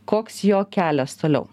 koks jo kelias toliau